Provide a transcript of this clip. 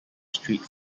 street